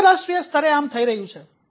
આંતરરાષ્ટ્રીય સ્તરે આમ થઈ રહ્યું છે